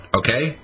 okay